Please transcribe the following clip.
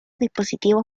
dispositivos